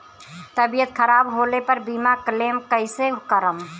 तबियत खराब होला पर बीमा क्लेम कैसे करम?